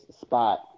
spot